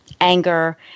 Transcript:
anger